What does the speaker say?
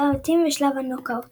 שלב הבתים ושלב הנוקאאוט.